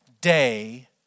day